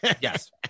Yes